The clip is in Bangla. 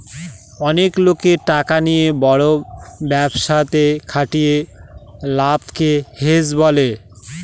অনেক লোকের টাকা নিয়ে বড় ব্যবসাতে খাটিয়ে লাভকে হেজ বলে